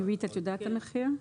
עירית, את יודעת את המחיר?